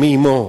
מאמו.